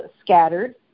scattered